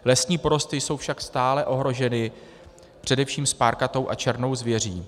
Lesní porosty jsou však stále ohroženy především spárkatou a černou zvěří.